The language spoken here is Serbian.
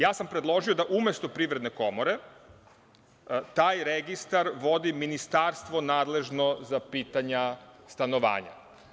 Ja sam predložio da umesto Privredne komore taj registar vodi Ministarstvo nadležno za pitanje stanovanja.